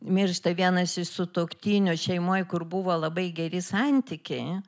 miršta vienas iš sutuoktinių šeimoj kur buvo labai geri santykiai